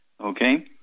okay